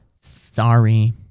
sorry